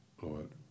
Lord